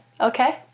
Okay